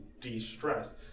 de-stress